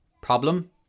problem